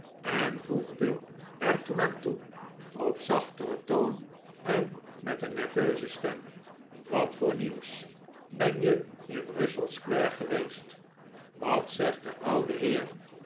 en voegde er toen aan toe op zachteren toon en met een nerveuze stem wat voor nieuws ben je in russell square geweest wat zegt de ouwe heer